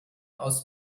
aus